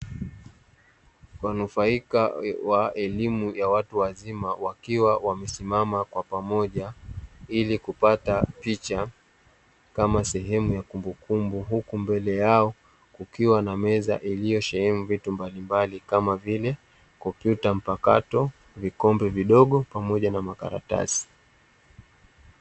Wanufaika wa elimu ya watu wazima, wakiwa wamesimama kwa pamoja ili kupata picha, kama sehemu ya kumbukumbu. Huku mbele yao kukiwa na meza iliyosheneni vitu mbalimbali, kama vile; komputa mpakato, vikombe vidogo pamoja na makaratasi.